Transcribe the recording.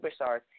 superstars